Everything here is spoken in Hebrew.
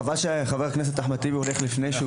חבל שחבר הכנסת אחמד טיבי הולך לפני שהוא